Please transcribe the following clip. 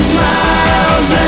miles